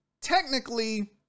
technically